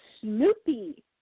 Snoopy